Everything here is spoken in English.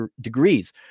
degrees